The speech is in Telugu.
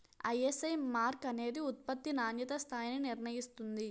ఐఎస్ఐ మార్క్ అనేది ఉత్పత్తి నాణ్యతా స్థాయిని నిర్ణయిస్తుంది